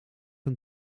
een